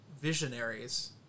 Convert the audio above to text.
Visionaries